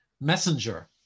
messenger